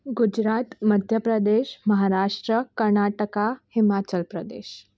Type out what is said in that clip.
Gujarat Madhya Pradesh Maharashtra Karnataka Himachal Pradesh